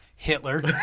Hitler